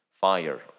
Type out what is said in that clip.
Fire